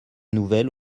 nouvelles